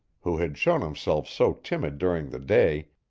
who had shown himself so timid during the day,